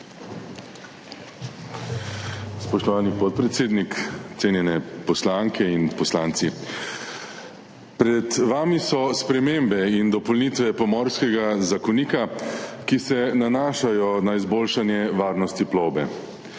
Spoštovani podpredsednik, cenjene poslanke in poslanci! Pred vami so spremembe in dopolnitve Pomorskega zakonika, ki se nanašajo na izboljšanje varnosti plovbe.